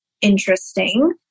interesting